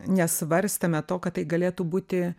nesvarstėme to kad tai galėtų būti